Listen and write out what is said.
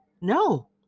No